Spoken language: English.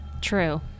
True